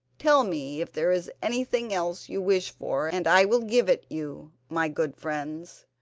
tell me if there is anything else you wish for and i will give it you, my good friends.